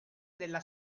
della